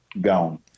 gone